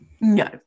no